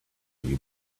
you